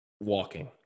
walking